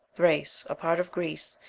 thrace, a part of greece,